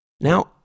Now